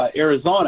Arizona